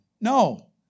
No